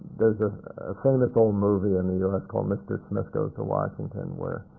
there's a famous old move in the u s. called mr. smith goes to washington, where